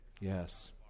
Yes